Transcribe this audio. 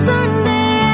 Sunday